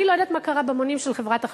אני לא יודעת מה קרה במונים של חברת החשמל,